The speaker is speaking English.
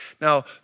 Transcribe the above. Now